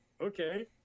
okay